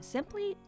Simply